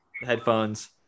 Headphones